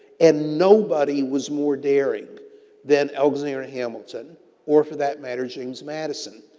and, nobody was more daring than alexander ah hamilton or, for that matter, james madison.